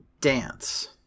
dance